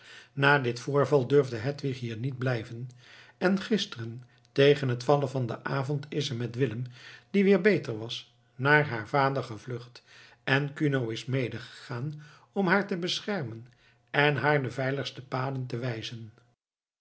na dit voorval durfde hedwig hier niet blijven en gisteren tegen het vallen van den avond is ze met willem die weer beter was naar haar vader gevlucht en kuno is medegegaan om haar te beschermen en haar de veiligste paden te wijzen